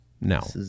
no